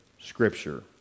Scripture